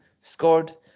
scored